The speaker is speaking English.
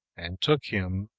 and took him,